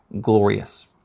glorious